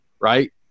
right